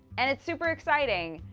and it's super exciting.